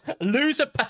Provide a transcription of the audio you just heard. Loser